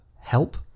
help